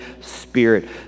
Spirit